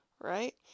Right